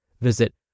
Visit